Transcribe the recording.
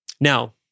Now